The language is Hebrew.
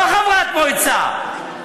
לא חברת מועצה.